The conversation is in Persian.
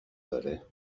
داره